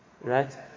right